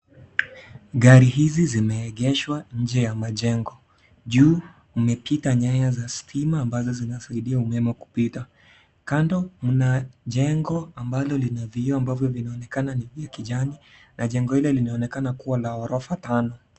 Gari hizi zimeegeshwa nje ya majengo, juu mmepita nyayo za stima ambazo zinasaidia umeme kupita, kando mna jengo ambalo lina vioo ambavyo vinaonekana ni vya kijani na jengo hilo linaonekana kua la ghorofa tano.